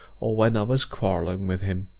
or when i was quarreling with him.